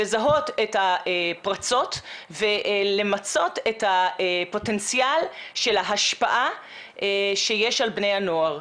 לזהות את הפרצות ולמצות את הפוטנציאל של ההשפעה שיש על בני הנוער.